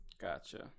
Gotcha